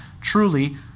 Truly